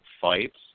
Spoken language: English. fights